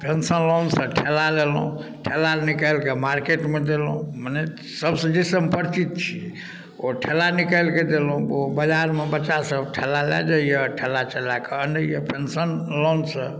pension लोनसँ ठेला लेलहुँ ठेला निकालिके मार्केटमे देलहुँ मने सबसँ जाहिसँ हम परिचित छी ओ ठेला निकालिके देलहुँ ओ बजारमे बच्चासब ठेला लऽ जाइए ठेला चलाके आनए पेन्शन लोनसँ